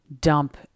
dump